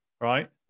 right